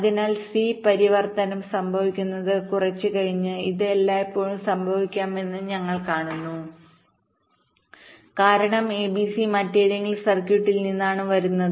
അതിനാൽ c ൽ പരിവർത്തനം സംഭവിക്കുന്നത് കുറച്ച് കഴിഞ്ഞ് ഇത് എല്ലായ്പ്പോഴും സംഭവിക്കാമെന്ന് നിങ്ങൾ കാണുന്നു കാരണം a b c മറ്റേതെങ്കിലും സർക്യൂട്ടിൽ നിന്നാണ് വരുന്നത്